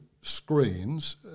screens